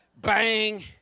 bang